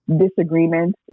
disagreements